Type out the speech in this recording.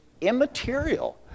immaterial